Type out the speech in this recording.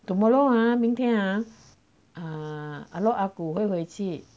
tomorrow 啊明天 ah err ah rou ah gu 会回去